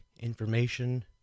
Information